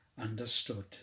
understood